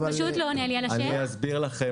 השאלה